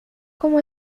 como